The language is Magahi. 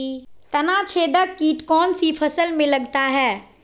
तनाछेदक किट कौन सी फसल में लगता है?